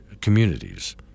communities